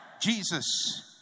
Jesus